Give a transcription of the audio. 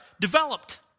developed